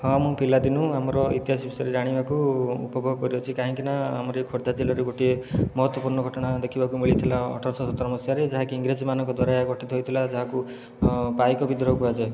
ହଁ ମୁଁ ପିଲାଦିନୁ ଆମର ଇତିହାସ ବିଷୟରେ ଜାଣିବାକୁ ଉପଭୋଗ କରିଅଛି କାହିଁକି ନା ଆମର ଏ ଖୋର୍ଦ୍ଧା ଜିଲ୍ଲାରେ ଗୋଟିଏ ମହତ୍ୱପୂର୍ଣ୍ଣ ଘଟଣା ଦେଖିବାକୁ ମିଳିଥିଲା ଅଠରଶହ ସତର ମସିହାରେ ଯାହାକି ଇଂରେଜମାନଙ୍କ ଦ୍ୱାରା ଗଠିତ ହୋଇଥିଲା ଯାହାକୁ ପାଇକ ବିଦ୍ରୋହ କୁହାଯାଏ